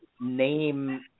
Name